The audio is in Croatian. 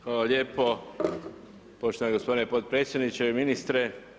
Hvala lijepo poštovani gospodine potpredsjedniče i ministre.